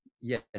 Yes